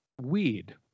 weed